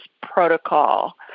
protocol